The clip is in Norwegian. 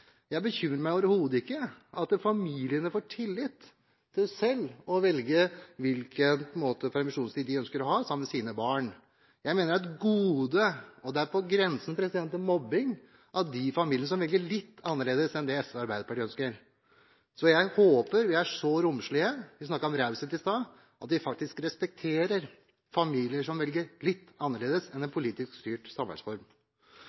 Jeg bekymrer meg overhodet ikke, jeg. Det at familiene får tillit til selv å velge hvilken permisjonstid de ønsker å ha sammen med sine barn, mener jeg er et gode. Det er på grensen til mobbing av de familiene som velger litt annerledes enn SV og Arbeiderpartiet ønsker. Jeg håper vi er så romslige – vi snakket om raushet i stad – at vi faktisk respekterer familier som velger litt annerledes enn en